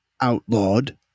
outlawed